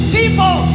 people